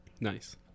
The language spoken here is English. nice